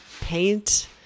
paint